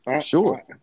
Sure